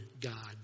God